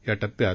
या टप्प्यात